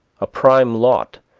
a prime lot,